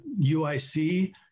UIC